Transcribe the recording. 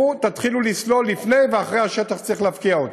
לכו ותתחילו לסלול לפני ואחרי השטח שצריך להפקיע אותו,